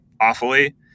awfully